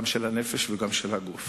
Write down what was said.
גם של הנפש וגם של הגוף.